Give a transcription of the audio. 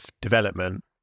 development